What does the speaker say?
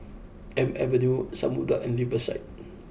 Elm Avenue Samudera and Riverside